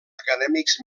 acadèmics